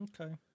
Okay